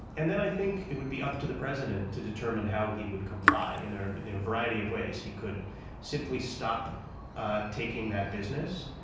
and then i think it would be up to the president to determine how he would comply. and there and are a variety of ways he could simply stop ah taking that business.